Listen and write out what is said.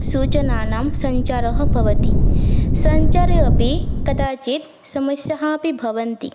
सूचनानां सञ्चारः भवति सञ्चारे अपि कदाचित् समस्याः अपि भवन्ति